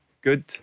good